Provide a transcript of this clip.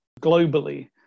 globally